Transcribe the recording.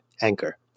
Anchor